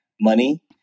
money